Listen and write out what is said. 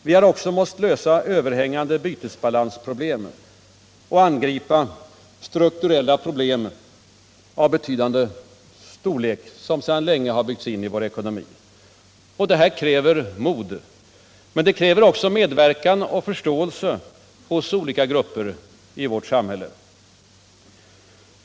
Vi har också måst lösa överhängande bytesbalansproblem och angripa i vår ekonomi sedan länge inbyggda strukturella problem av betydande storlek. Detta kräver mod. Men det kräver också medverkan av och förståelse hos olika grupper i vårt samhälle.